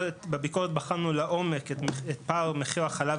בביקורת בחנו לעומק את פער מחיר החלב